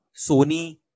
Sony